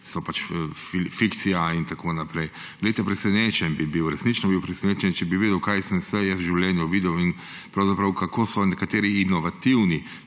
so pač fikcija in tako naprej. Presenečeni bi bili, resnično bi bili presenečeni, če bi vedeli, kaj sem vse jaz v življenju videl in kako so nekateri inovativni